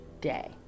day